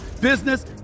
business